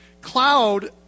cloud